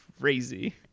crazy